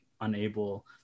unable